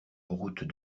route